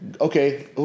Okay